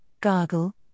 gargle